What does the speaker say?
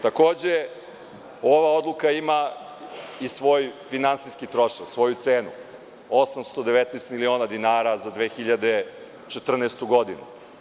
Takođe, ova odluka ima i svoj finansijski trošak, svoju cenu – 819miliona dinara za 2014. godinu.